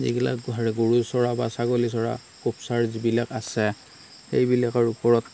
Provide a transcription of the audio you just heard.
যিবিলাক গোহাৰে গৰু চৰা বা ছাগলী চৰা গোপচাৰ যিবিলাক আছে সেইবিলাকৰ ওপৰত